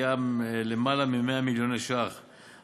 היה למעלה מ-100 מיליוני שקלים.